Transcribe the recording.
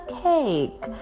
cake